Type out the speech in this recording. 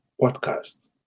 podcast